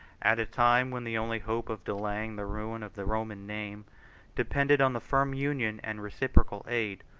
at a time when the only hope of delaying the ruin of the roman name depended on the firm union, and reciprocal aid,